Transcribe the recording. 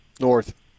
North